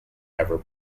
ever